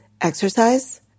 exercise